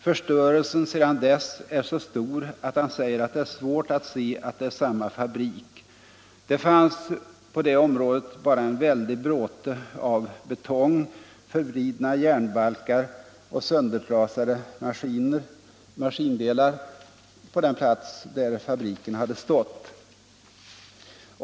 ”Förstörelsen sedan dess är så stor att han säger att det är svårt att se att det är samma fabrik.” När vi var där fanns bara en väldig bråte av betong, förvridna järnbalkar och söndertrasade maskindelar på den plats där pappersfabriken hade stått.